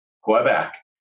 Quebec